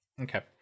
Okay